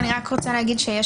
אני רוצה להעיר שיש